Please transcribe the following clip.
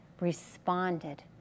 responded